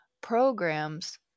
programs